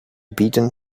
beaten